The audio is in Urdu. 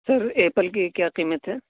سر ایپل کی کیا قیمت ہے